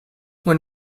when